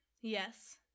yes